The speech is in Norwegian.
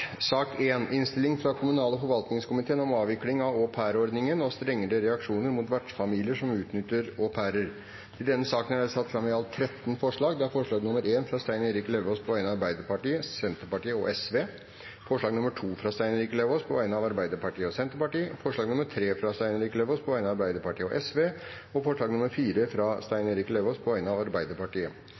sak nr. 7. Sakene nr. 8–12 er annengangsbehandling av lovsaker, og presidenten vil foreslå at disse sakene behandles under ett. – Det anses vedtatt. Ingen har bedt om ordet til sakene nr. 8–12. Under debatten er det satt fram i alt 13 forslag. Det er forslag nr. 1, fra Stein Erik Lauvås på vegne av Arbeiderpartiet, Senterpartiet og Sosialistisk Venstreparti forslag nr. 2, fra Stein Erik Lauvås på vegne av Arbeiderpartiet og Senterpartiet forslag nr. 3, fra Stein Erik Lauvås på vegne av Arbeiderpartiet og Sosialistisk Venstreparti forslag nr. 4, fra Stein Erik Lauvås på vegne